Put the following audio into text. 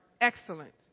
excellent